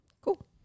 Cool